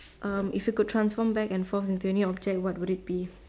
um if you could transform back and form into any objects what would it be